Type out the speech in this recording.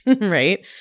right